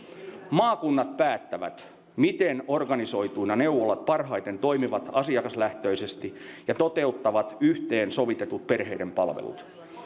maakunnat päättävät miten organisoituina neuvolat parhaiten toimivat asiakaslähtöisesti ja toteuttavat yhteensovitetut perheiden palvelut